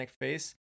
face